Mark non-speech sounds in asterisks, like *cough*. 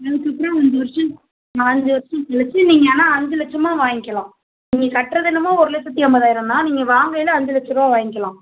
*unintelligible* அஞ்சு வருஷம் நாலு அஞ்சு வருஷம் கழிச்சி நீங்கள் ஆனால் அஞ்சு லட்சமாக வாங்கிக்கலாம் நீங்கள் கட்டுறது என்னமோ ஒரு லட்சத்து ஐம்பதாயிரம் தான் நீங்கள் வாங்கையில் அஞ்சு லட்சரூவா வாங்கிக்கலாம்